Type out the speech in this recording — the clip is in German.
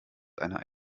eine